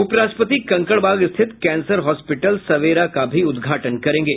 उपराष्ट्रपति कंकड़बाग स्थित cancer hospital Savera का उद्घाटन करेंगे